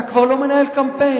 אתה כבר לא מנהל קמפיין.